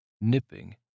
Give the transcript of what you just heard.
nipping